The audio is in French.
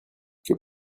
que